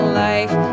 life